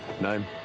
Name